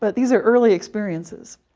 but these are early experiences.